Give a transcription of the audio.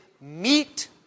meet